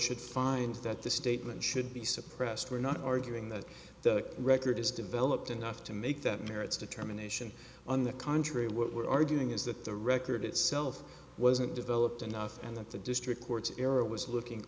should find that the statement should be suppressed we're not arguing that the record is developed enough to make that merits determination on the contrary what we're arguing is that the record itself wasn't developed enough and that the district court's error was looking